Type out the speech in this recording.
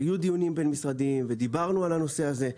היו דיונים בין-משרדיים ודיברנו על הנושא הזה.